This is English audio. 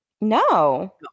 No